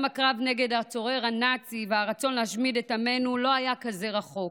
גם הקרב נגד הצורר הנאצי והרצון להשמיד את עמנו לא היו כל כך רחוקים.